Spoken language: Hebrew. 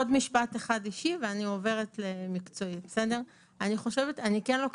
עוד משפט אישי אחד ואני עוברת למקצועי: אני והרבה